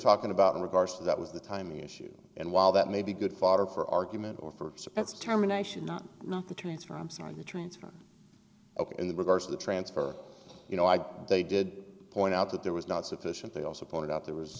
talking about in regards to that was the time issue and while that may be good fodder for argument or for pets determination not not the transfer i'm sorry the transfer ok in the regards to the transfer you know i they did point out that there was not sufficient they also pointed out there